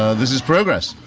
this is progress.